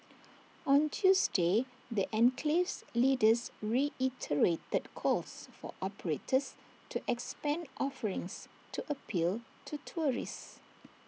on Tuesday the enclave's leaders reiterated calls for operators to expand offerings to appeal to tourists